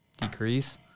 decrease